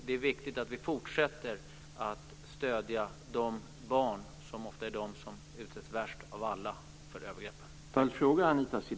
Det är viktigt att vi fortsätter att stödja barnen, som ofta är de som utsätts värst av alla för övergreppen.